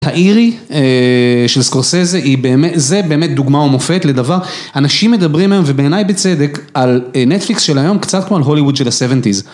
האירי של סקורסזה זה באמת דוגמה ומופת לדבר, אנשים מדברים היום ובעיניי בצדק על נטפליקס של היום קצת כמו על הוליווד של ה70's